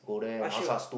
usher